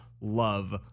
love